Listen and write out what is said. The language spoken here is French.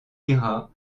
lira